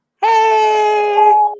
hey